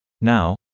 Now